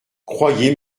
croyez